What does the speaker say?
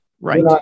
right